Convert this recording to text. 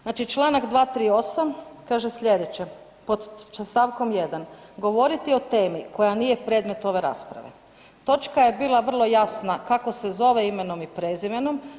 Znači čl. 238. kaže slijedeće pod stavkom 1. „govoriti o temi koja nije predmet ove rasprave“, točka je bila vrlo jasna kako se zove imenom i prezimenom.